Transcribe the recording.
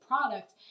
product